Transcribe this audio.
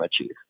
achieve